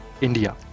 India